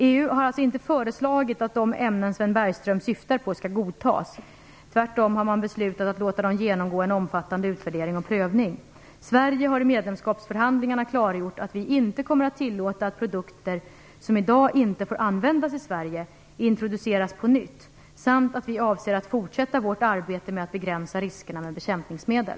EU har alltså inte föreslagit att de ämnen Sven Bergström syftar på skall godtas. Tvärtom har man beslutat att låta dem genomgå en omfattande utvärdering och prövning. Sverige har i medlemskapsförhandlingarna klargjort att vi inte kommer att tillåta att produkter som i dag inte får användas i Sverige introduceras på nytt samt att vi avser att fortsätta vårt arbete med att begränsa riskerna med bekämpningsmedel.